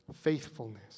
faithfulness